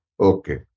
Okay